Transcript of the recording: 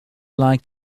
like